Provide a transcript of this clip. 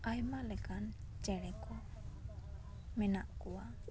ᱟᱭᱢᱟ ᱞᱮᱠᱟᱱ ᱪᱮᱬᱮ ᱠᱚ ᱢᱮᱱᱟᱜ ᱠᱚᱣᱟ